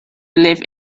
live